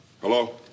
Hello